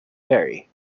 vary